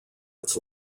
its